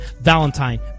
Valentine